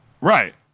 Right